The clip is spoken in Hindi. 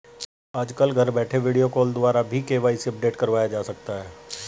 आजकल घर बैठे वीडियो कॉल द्वारा भी के.वाई.सी अपडेट करवाया जा सकता है